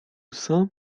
sam